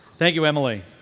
thank you, emily.